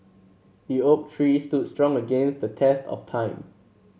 the oak tree stood strong against the test of time